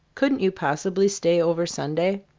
couldn't you possibly stay over sunday?